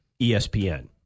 ESPN